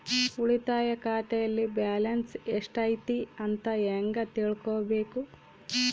ಉಳಿತಾಯ ಖಾತೆಯಲ್ಲಿ ಬ್ಯಾಲೆನ್ಸ್ ಎಷ್ಟೈತಿ ಅಂತ ಹೆಂಗ ತಿಳ್ಕೊಬೇಕು?